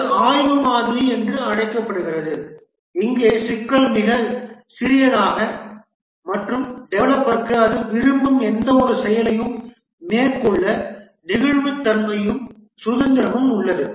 இது ஆய்வு மாதிரி என்றும் அழைக்கப்படுகிறது இங்கே சிக்கல் மிகச் சிறியது மற்றும் டெவலப்பருக்கு அவர் விரும்பும் எந்தவொரு செயலையும் மேற்கொள்ள நெகிழ்வுத்தன்மையும் சுதந்திரமும் உள்ளது